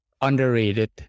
underrated